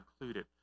included